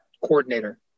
coordinator